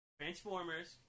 Transformers